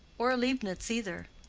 or a leibnitz either.